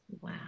wow